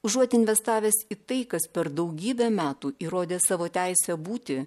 užuot investavęs į tai kas per daugybę metų įrodė savo teisę būti